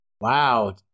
Wow